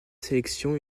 sélection